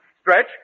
Stretch